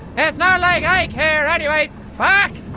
its not like i care anyways! fuck!